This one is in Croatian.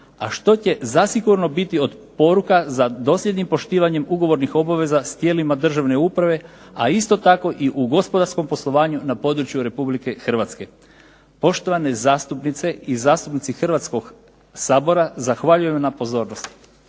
a što će zasigurno biti od poruka za dosljednim poštivanjem ugovornih obaveza s tijelima državne uprave a isto tako i u gospodarskom poslovanju na području Republike Hrvatske. Poštovane zastupnice i zastupnici Hrvatskoga sabora, zahvaljujem na pozornosti.